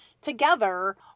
together